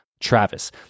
Travis